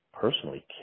personally